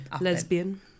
Lesbian